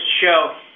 show